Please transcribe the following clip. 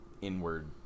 inward